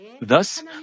Thus